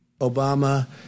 Obama